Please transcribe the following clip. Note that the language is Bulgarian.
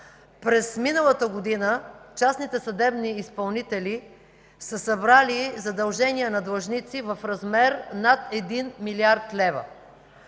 През миналата година частните съдебни изпълнители са събрали задължения на длъжници в размер над 1 млрд. лв.,